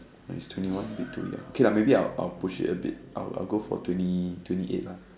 is twenty one a bit too young okay lah maybe I'll I'll push it a bit I'll I'll go for twenty twenty eight lah